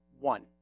one